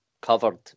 covered